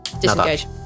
disengage